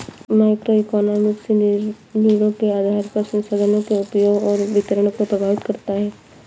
microeconomics निर्णयों के आधार पर संसाधनों के उपयोग और वितरण को प्रभावित करता है